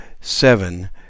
seven